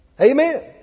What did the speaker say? Amen